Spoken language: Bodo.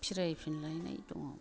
फिरायफिनलायनाय दङमोन